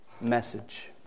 message